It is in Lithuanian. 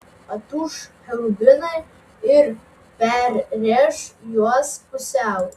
atūš cherubinai ir perrėš juos pusiau